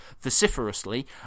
vociferously